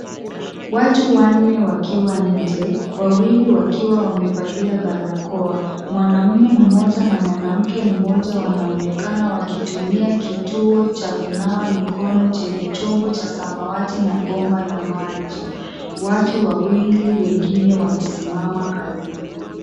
Watu wanne wakiwa nje, wawili wakiwa wamevalia barakoa. Mwanamume mmoja na mwanamke mmoja wanaonekana wakitumia kituo cha kunawa mikono chenye chombo la samawati na bomba la maji. Watu wawili wengine wamesimama karibu.